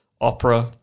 Opera